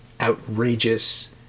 outrageous